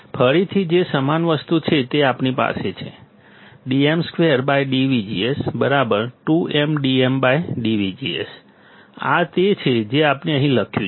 ફરીથી જે સમાન વસ્તુ છે જે આપણી પાસે છે dm2 dVGS 2mdmdVGS આ તે છે જે આપણે અહીં લખ્યું છે